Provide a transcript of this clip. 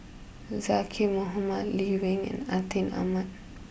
Zaqy Mohamad Lee Wen and Atin Amat